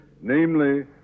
namely